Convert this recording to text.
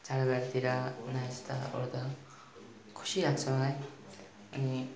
चाडबाडतिर हुन यस्ता ओर्दा खुसी लाग्छ है अनि